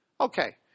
Okay